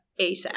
ASAP